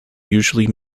usually